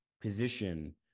position